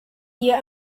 bier